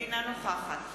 אינה נוכחת